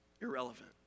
irrelevant